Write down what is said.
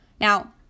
Now